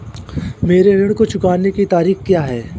मेरे ऋण को चुकाने की तारीख़ क्या है?